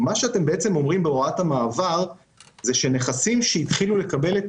בהוראת המעבר כתוב שנכסים שהתחילו לקבל את